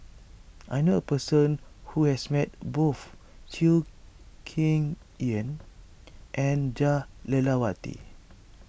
I knew a person who has met both Chew Kheng and Jah Lelawati